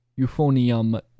euphonium